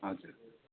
हजुर